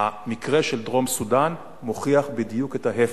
המקרה של דרום-סודן מוכיח בדיוק את ההיפך.